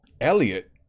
Elliot